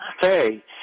Hey